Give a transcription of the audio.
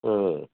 ఆ